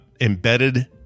embedded